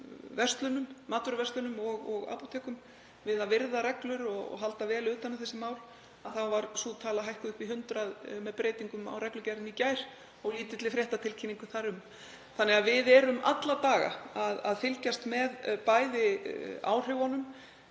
gengið í matvöruverslunum og apótekum að virða reglur og halda vel utan um þessi mál var sú tala hækkuð upp í 100 með breytingum á reglugerð í gær og lítilli fréttatilkynningu þar um. Þannig að við erum alla daga að fylgjast með áhrifunum